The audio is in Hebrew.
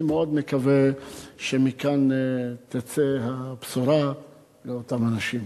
אני מאוד מקווה שמכאן תצא הבשורה לאותם אנשים.